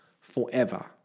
forever